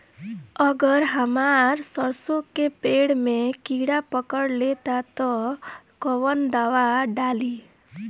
अगर हमार सरसो के पेड़ में किड़ा पकड़ ले ता तऽ कवन दावा डालि?